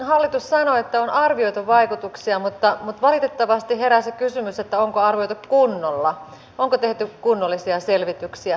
hallitus sanoo että on arvioitu vaikutuksia mutta valitettavasti heräsi kysymys onko arvioitu kunnolla onko tehty kunnollisia selvityksiä